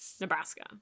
Nebraska